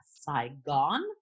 Saigon